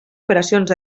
operacions